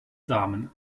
samen